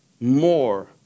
more